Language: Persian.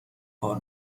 کار